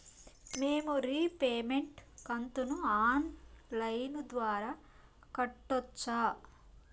మేము రీపేమెంట్ కంతును online ద్వారా కట్టొచ్చా